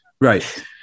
right